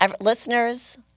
Listeners